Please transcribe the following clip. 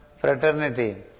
fraternity